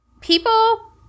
People